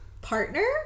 partner